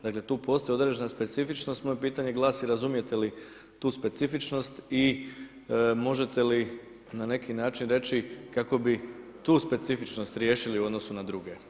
Dakle tu postoji određena specifičnost, moje pitanje glasi razumijete li tu specifičnost i možete li na neki način reći kako bi tu specifičnost riješili u odnosu na druge?